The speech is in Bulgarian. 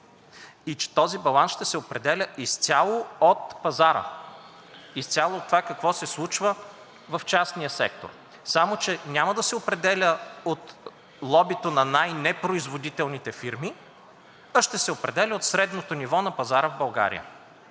Този баланс ще се определя изцяло от пазара, изцяло от това какво се случва в частния сектор, само че няма да се определя от лобито на най непроизводителните фирми, а ще се определя от средното ниво на пазара в България,